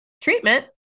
treatment